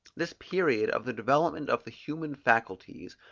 this period of the development of the human faculties,